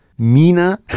Mina